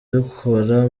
dukora